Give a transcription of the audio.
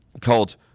called